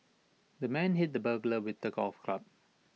the man hit the burglar with A golf club